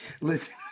Listen